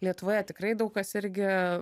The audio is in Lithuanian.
lietuvoje tikrai daug kas irgi